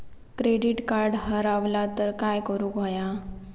Credit card हरवला तर काय करुक होया?